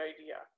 idea